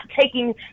taking